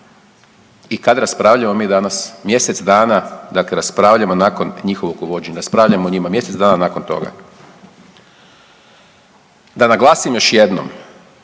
I kad raspravljamo mi danas, mjesec dana dakle raspravljamo nakon njihovog uvođenja, raspravljamo o njima mjesec dana nakon toga. Da naglasim još jednom,